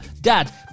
Dad